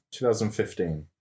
2015